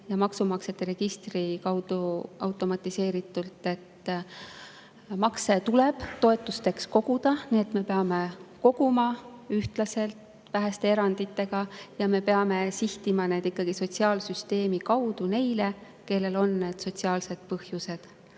ja maksumaksjate registri kaudu automatiseeritult. Makse tuleb toetusteks koguda nii, et me kogume neid ühtlaselt ja väheste eranditega. Me peame sihtima [toetusi] ikkagi sotsiaalsüsteemi kaudu neile, kellel on sotsiaalsed põhjused.